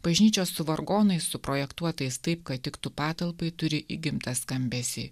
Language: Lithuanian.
bažnyčios su vargonais suprojektuotais taip kad tiktų patalpai turi įgimtą skambesį